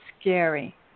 scary